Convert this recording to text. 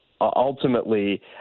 ultimately